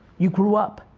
you grew up,